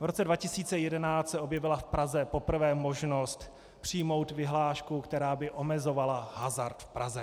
V roce 2011 se objevila v Praze poprvé možnost přijmout vyhlášku, která by omezovala hazard v Praze.